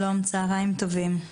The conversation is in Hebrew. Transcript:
שלום, צוהריים טובים.